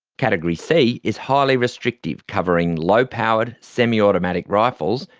category c is highly restrictive, covering low-powered semi-automatic rifles,